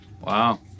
Wow